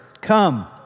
Come